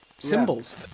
symbols